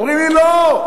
אומרים לי: לא.